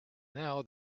now